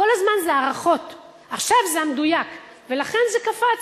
כל הזמן זה הערכות, עכשיו זה המדויק, ולכן זה קפץ.